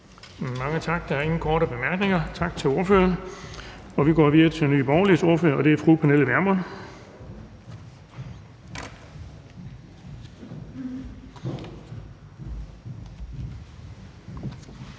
Mange tak. Der er ingen korte bemærkninger. Tak til ordføreren. Vi går videre til Nye Borgerliges ordfører, og det er fru Pernille Vermund.